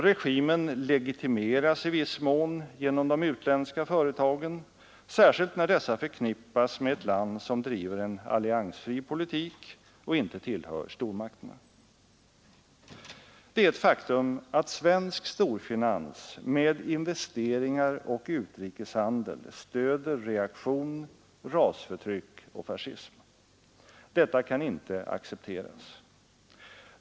Regimen legitimeras i viss mån genom de utländska företagen, särskilt när dessa förknippas med ett land som driver en alliansfri politik och inte tillhör stormakterna. Det är ett faktum att svensk storfinans med investeringar och utrikeshandel stöder reaktion, rasförtryck och fascism. Detta kan inte accepteras.